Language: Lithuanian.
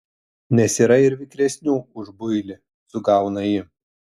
nes yra ir vikresnių už builį sugauna ji